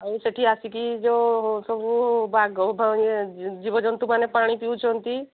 ଆଉ ସେଇଠି ଆସିକି ଯେଉଁ ସବୁ ବାଘ ଇଏ ଜୀବଜନ୍ତୁ ମାନେ ପାଣି ପିଉଛନ୍ତି